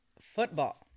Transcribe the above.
football